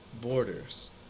borders